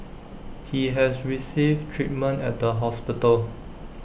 he has received treatment at the hospital